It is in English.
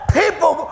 people